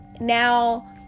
now